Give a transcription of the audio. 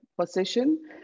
position